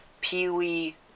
Pee-wee